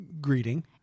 greeting